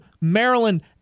Maryland